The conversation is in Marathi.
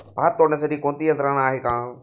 भात तोडण्यासाठी कोणती यंत्रणा आहेत का?